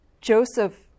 Joseph